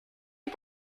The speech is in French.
qui